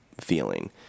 feeling